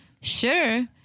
Sure